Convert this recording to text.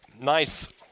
nice